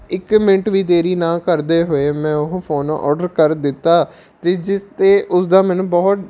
ਇੱਕ ਮਿੰਟ ਵੀ ਦੇਰੀ ਨਾ ਕਰਦੇ ਹੋਏ ਮੈਂ ਉਹ ਫ਼ੋਨ ਔਡਰ ਕਰ ਦਿੱਤਾ ਅਤੇ ਜਿਸ 'ਤੇ ਉਸਦਾ ਮੈਨੂੰ ਬਹੁਤ